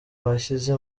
bashyize